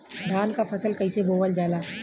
धान क फसल कईसे बोवल जाला?